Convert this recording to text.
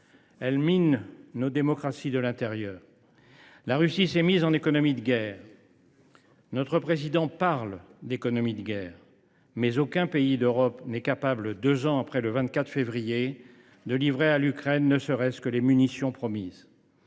Elle mine nos démocraties de l’intérieur. La Russie s’est mise en économie de guerre. Notre président parle d’économie de guerre, mais aucun pays d’Europe n’est capable, deux ans après le 24 février 2022, de livrer à l’Ukraine ne serait ce que les munitions promises.